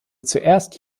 zuerst